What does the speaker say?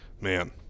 man